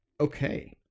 Okay